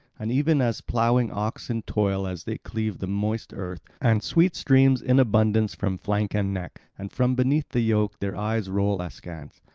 and even as ploughing oxen toil as they cleave the moist earth, and sweat streams in abundance from flank and neck and from beneath the yoke their eyes roll askance,